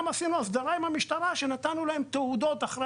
עשינו הסדרה עם המשטרה שמקנה להם תעודות עם